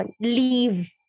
leave